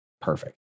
Perfect